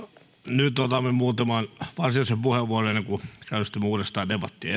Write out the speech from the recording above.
nyt otamme muutaman varsinaisen puheenvuoron ennen kuin käynnistämme uudestaan debattia